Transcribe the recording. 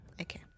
Okay